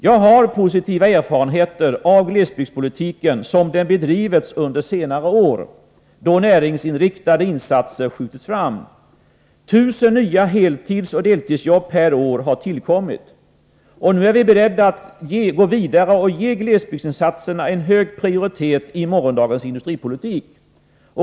Jag har positiva erfarenheter av glesbygdspolitiken som den bedrivits under senare år, då näringsinriktade insatser skjutits fram. 1 000 nya heltidsoch deltidsjobb per år har tillkommit. Nu är vi beredda att gå vidare och ge glesbygdsinsatserna en hög prioritet i morgondagens industripolitik.